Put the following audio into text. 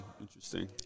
Interesting